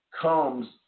comes